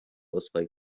عذرخواهی